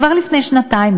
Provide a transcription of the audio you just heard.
כבר לפני שנתיים,